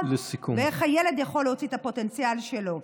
באיך הילד יכול להוציא את הפוטנציאל שלו.